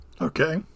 Okay